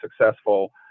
successful